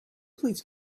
please